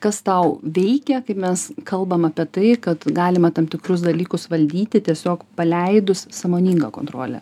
kas tau veikia kaip mes kalbam apie tai kad galima tam tikrus dalykus valdyti tiesiog paleidus sąmoningą kontrolę